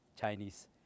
Chinese